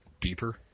beeper